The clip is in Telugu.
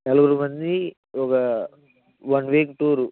నలుగురు మంది ఒక వన్ వీక్ టూరు